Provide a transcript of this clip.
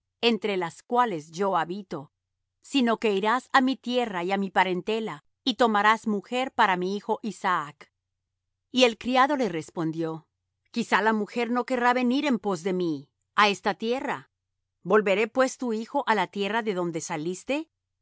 entre los cuales yo habito sino que irás á mi tierra y á mi parentela y tomarás mujer para mi hijo isaac y el criado le respondió quizá la mujer no querrá venir en pos de mí á esta tierra volveré pues tu hijo á la tierra de donde saliste